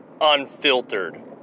unfiltered